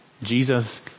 Jesus